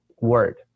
word